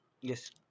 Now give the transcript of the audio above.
Yes